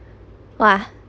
!wah!